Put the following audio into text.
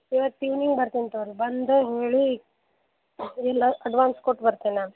ಇವತ್ತು ಇವ್ನಿಂಗ್ ಬರ್ತಿನಿ ತಗೋರಿ ಬಂದು ಹೂ ಹೇಳಿ ಎಲ್ಲ ಅಡ್ವಾನ್ಸ್ ಕೊಟ್ಟು ಬರ್ತೆನಿ ನಾನು